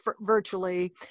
virtually